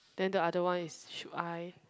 then the other one is should I